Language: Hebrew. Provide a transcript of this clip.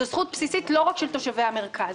זה זכות בסיסית לא רק של תושבי המרכז.